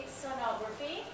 sonography